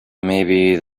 maybe